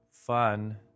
Fun